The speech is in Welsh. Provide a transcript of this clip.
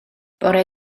bore